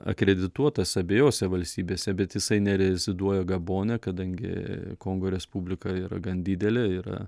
akredituotas abiejose valstybėse bet jisai nereziduoja gabone kadangi kongo respublika yra gan didelė yra